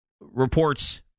reports